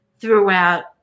throughout